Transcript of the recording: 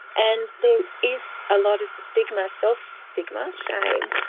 and there is a lot of stigma, self-stigma, shame,